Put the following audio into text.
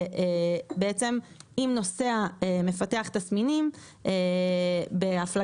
חובה שנייה היא לגבי נוסע שמפתח תסמינים בהפלגה